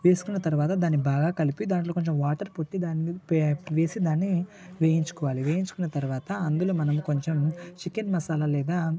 వేసుకున్న తర్వాత దాన్ని బాగా కలిపి దాంట్లో కొంచెం వాటర్ పెట్టి దాన్ని వేసి దాన్ని వేయించుకోవాలి వేయించుకున్న తర్వాత అందులో మనం కొంచెం చికెన్ మసాలా లేదా